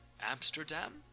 Amsterdam